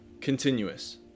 continuous